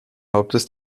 hauptes